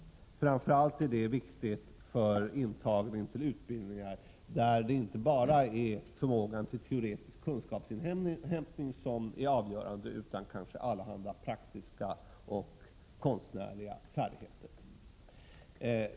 Detta är framför allt viktigt när det gäller antagning till utbildningar, där det inte bara är förmågan till inhämtning av teoretiska kunskaper som är avgörande utan kanske också allehanda praktiska och konstnärliga färdigheter.